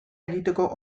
egiteko